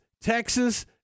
Texas